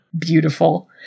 Beautiful